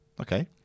Okay